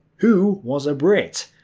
who was a brit.